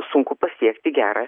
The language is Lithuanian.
sunku pasiekti gerą